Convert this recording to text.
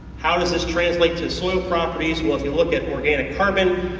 how does this translate to the soil properties? well if you look at organic carbon,